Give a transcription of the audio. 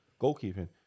goalkeeping